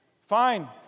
Fine